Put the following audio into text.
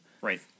Right